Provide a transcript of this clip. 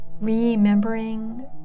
remembering